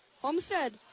Homestead